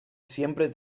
siempre